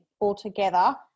altogether